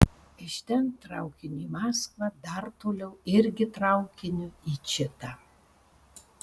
iš ten traukiniu į maskvą dar toliau irgi traukiniu į čitą